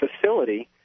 facility